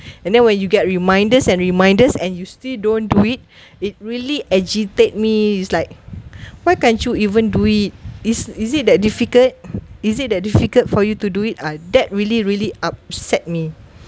and then when you get reminders and reminders and you still don't do it it really agitate me it's like why can't you even do it is is it that difficult is it that difficult for you to do it uh that really really upset me